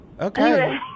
Okay